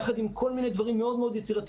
יחד עם כל מיני דברים מאוד יצירתיים